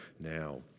now